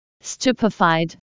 Stupefied